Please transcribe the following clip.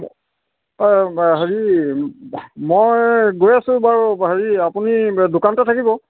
হেৰি মই গৈ আছোঁ বাৰু হেৰি আপুনি দোকানতে থাকিব